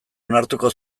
onartuko